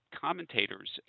commentators